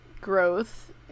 growth